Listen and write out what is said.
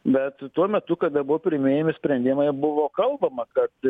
bet tuo metu kada buvo priiminėjami sprendimai buvo kalbama kad